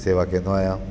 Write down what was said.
शेवा कंदो आहियां